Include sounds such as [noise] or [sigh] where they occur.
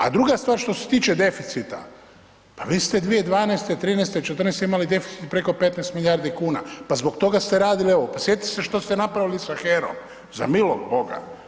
A druga stvar, što se tiče deficita, pa vi ste 2012., 13., 14. imali deficit preko 15 milijardi kuna, pa zbog toga ste radili ovo, pa sjetite se što ste napravili ... [unintelligible] za milog Boga.